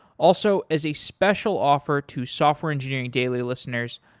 also, as a special offer to software engineering daily listeners,